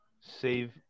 Save